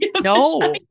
No